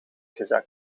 gezakt